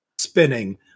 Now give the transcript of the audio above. Spinning